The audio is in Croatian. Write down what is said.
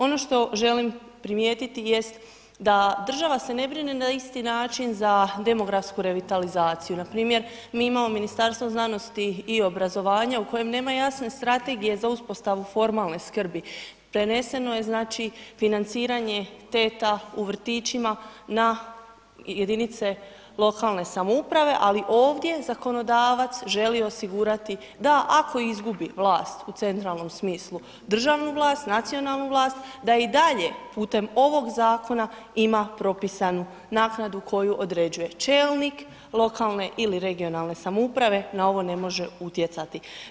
Ono što želim primijetiti jest da država se ne brine na isti način za demografsku revitalizaciju npr. mi imamo Ministarstvo znanosti i obrazovanja u kojem nema jasne strategije za uspostavu formalne skrbi, preneseno je znači financiranje teta u vrtićima na jedinice lokalne samouprave, ali ovdje zakonodavac želi osigurati, da ako izgubi vlas u centralnom smislu, državnu vlast, nacionalnu vlast, da i dalje putem ovog zakona ima propisanu naknadu koju određuje čelnik lokalne ili regionalne samouprave na ovo ne može utjecati.